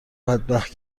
بدبخت